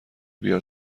بیار